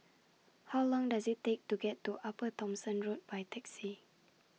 How Long Does IT Take to get to Upper Thomson Road By Taxi